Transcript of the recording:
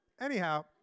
Anyhow